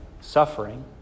suffering